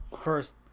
first